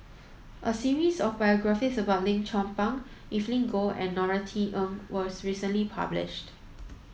a series of biographies about Lim Chong Pang Evelyn Goh and Norothy Ng was recently published